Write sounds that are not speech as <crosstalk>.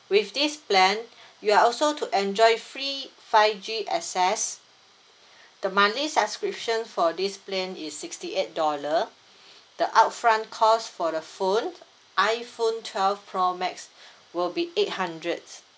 with this plan <breath> you are also to enjoy free five G access the monthly subscription for this plan is sixty eight dollar the upfront cost for the phone iphone twelve pro max <breath> will be eight hundreds